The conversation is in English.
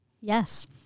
Yes